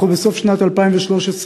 אנחנו בסוף שנת 2013,